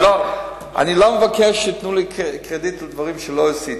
אני לא מבקש שייתנו לי קרדיט על דברים שלא עשיתי.